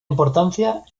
importancia